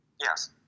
Yes